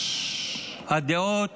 הדעות